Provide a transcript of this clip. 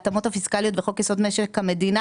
ההתאמות הפיסקליות בחוק-יסוד: משק המדינה